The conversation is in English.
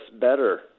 better